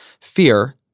Fear